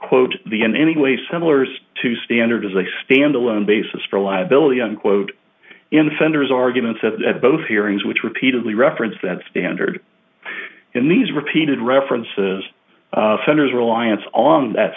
quote the in any way similar to standard as a standalone basis for liability unquote in fender's arguments that both hearings which repeatedly reference that standard in these repeated references fenner's reliance on that